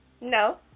No